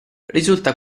risulta